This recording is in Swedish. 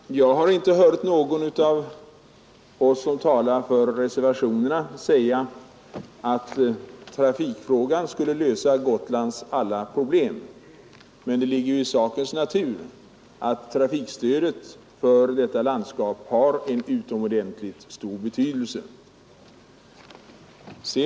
Herr talman! Jag har inte hört någon av oss som talar för reservationerna säga att transportstödet skulle lösa Gotlands alla problem. Men det ligger i sakens natur att trafikstödet för detta landskap har en utomordentligt stor betydelse.